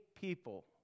people